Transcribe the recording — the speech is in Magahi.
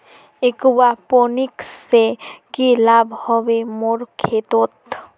एक्वापोनिक्स से की लाभ ह बे मोर खेतोंत